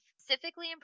specifically